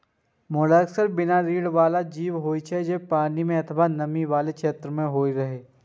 mollusc बिना रीढ़ बला जीव होइ छै, जे पानि अथवा नमी बला क्षेत्र मे रहै छै